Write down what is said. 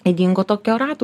ydingo tokio ratų